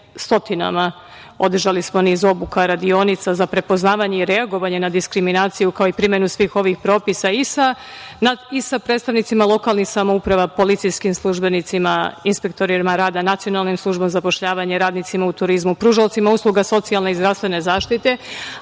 stotinama, održali smo niz obuka, radionica za prepoznavanje i reagovanje na diskriminaciju, kao i primenu svih ovih propisa i sa predstavnicima lokalnih samouprava, policijskim službenicima, inspektorima rada, nacionalnim službama za zapošljavanje, radnicima u turizmu, pružaocima usluga socijalne i zdravstvene zaštite. Da